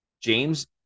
James